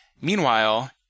Meanwhile